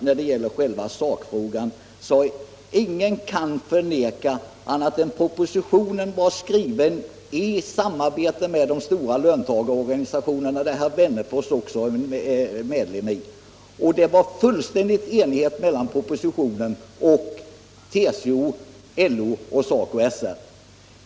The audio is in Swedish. När det gäller själva sakfrågan vill jag säga att ingen kan förneka att propositionen var skriven i samarbete med de stora löntagarorganisationerna, där herr Wennerfors är medlem, och att det rådde fullständig samstämmighet mellan propositionen och TCO, LO och SACO/SR.